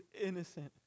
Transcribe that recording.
innocent